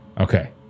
Okay